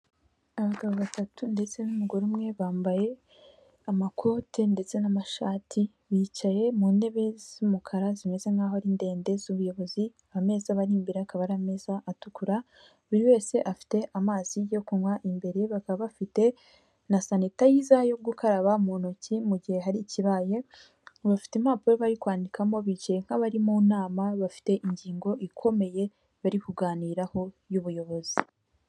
Abagabo batatu ndetse n'umugore umwe bambaye amakote ndetse n'amashati bicaye mu ntebe z'umukara zimeze nkaho ari ndende zu'ubuyobozi ameza ari imbere akaba ari meza atukura buri wese afite amazi yo kunywa imbere, bakaba bafite na sanitayiza yo gukaraba mu ntoki mu gihe hari ikibaye, bafite impapuro bari kwandikamo bicaye nk'abari mu nama bafite ingingo ikomeye bari kuganiraho y'ubuyobozi.